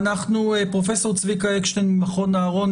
פרופ' צביקה אקשטיין ממכון אהרון,